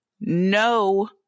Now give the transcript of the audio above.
no